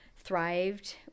Thrived